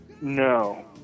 no